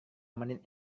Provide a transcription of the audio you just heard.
menit